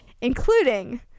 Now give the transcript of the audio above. including